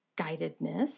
guidedness